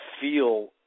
feel